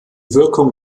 wirkung